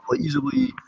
easily